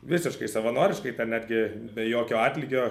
visiškai savanoriškai netgi be jokio atlygio